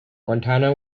montana